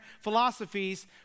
philosophies